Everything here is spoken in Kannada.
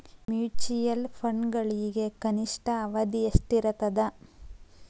ಮ್ಯೂಚುಯಲ್ ಫಂಡ್ಗಳಿಗೆ ಕನಿಷ್ಠ ಅವಧಿ ಎಷ್ಟಿರತದ